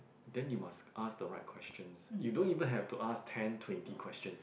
then you must ask the right questions you don't even have to ask ten twenty questions